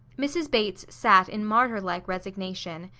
mrs. bates sat in martyr-like resignation.